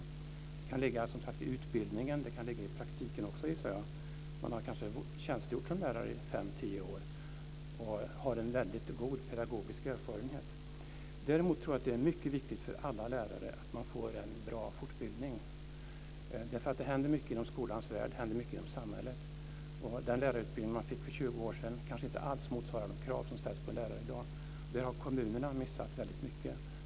Det kan, som sagt, ligga i utbildningen. Det kan ligga i praktiken också, gissar jag. Man har kanske tjänstgjort som lärare i fem, tio år och har en väldigt god pedagogisk erfarenhet. Däremot tror jag att det är mycket viktigt för alla lärare att de får en bra fortbildning, därför att det händer mycket inom skolans värld. Det händer mycket inom samhället. Den lärarutbildning som man fick för 20 år sedan kanske inte alls motsvarar de krav som ställs på en lärare i dag. Där har kommunerna missat väldigt mycket.